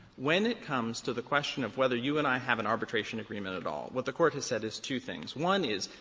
when it comes to the question of whether you and i have an arbitration agreement at all, what the court has said is two things. one is,